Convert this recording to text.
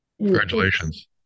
congratulations